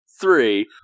three